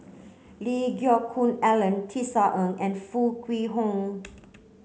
Lee Geck Hoon Ellen Tisa Ng and Foo Kwee Horng